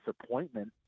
disappointment